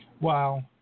Wow